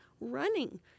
running